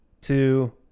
two